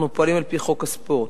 אנחנו פועלים על-פי חוק הספורט.